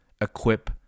equip